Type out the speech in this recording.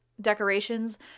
decorations